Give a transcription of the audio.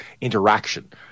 interaction